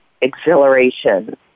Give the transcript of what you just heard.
exhilaration